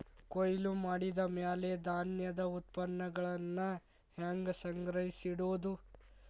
ಕೊಯ್ಲು ಮಾಡಿದ ಮ್ಯಾಲೆ ಧಾನ್ಯದ ಉತ್ಪನ್ನಗಳನ್ನ ಹ್ಯಾಂಗ್ ಸಂಗ್ರಹಿಸಿಡೋದು?